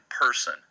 person